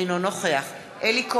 אינו נוכח אלי כהן,